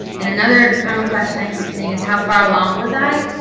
and another common question i keep seeing is how far along was i.